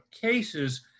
cases